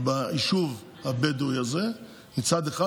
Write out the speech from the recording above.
ביישוב הבדואי הזה מצד אחד,